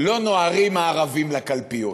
לא "נוהרים הערבים לקלפיות"